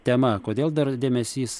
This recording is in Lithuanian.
tema kodėl dar dėmesys